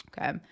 Okay